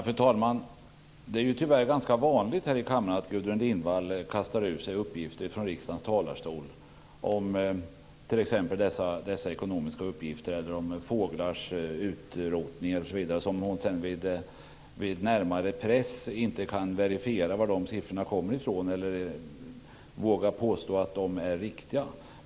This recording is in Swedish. Fru talman! Det är tyvärr ganska vanligt här i kammaren att Gudrun Lindvall kastar ur sig uppgifter från riksdagens talarstol, t.ex. dessa ekonomiska uppgifter eller uppgifter om fåglars utrotning, som hon sedan när hon blir mer pressad inte kan verifiera varifrån de kommer eller som hon inte vågar påstå att de är riktiga.